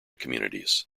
communities